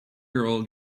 girl